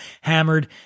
hammered